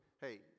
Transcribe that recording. hey